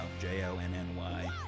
j-o-n-n-y